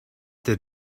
that